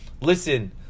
listen